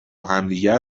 همدیگر